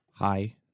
Hi